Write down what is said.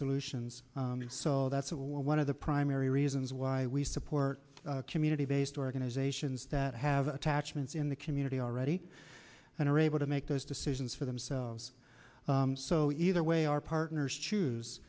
solutions so that's one of the primary reasons why we support community based organizations that have attachments in the community already and are able to make those decisions for themselves so either way our partners